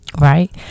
right